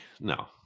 No